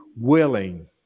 willing